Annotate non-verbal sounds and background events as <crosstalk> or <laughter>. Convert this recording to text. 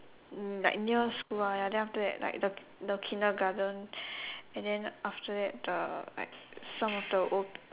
mm like near school ah then after that the the kindergarten <breath> and then after that the like some of the old